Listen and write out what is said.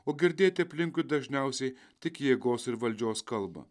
o girdėti aplinkui dažniausiai tik jėgos ir valdžios kalbą